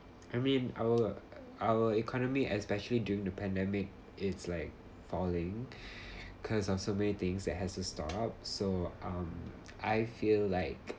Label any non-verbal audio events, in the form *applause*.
I mean our our economy especially during the pandemic it's like falling *breath* cause of so many things that has to stop so um I feel like